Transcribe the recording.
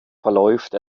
verläuft